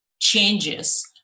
changes